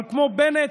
אבל כמו בנט,